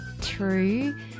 true